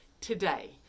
Today